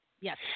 Yes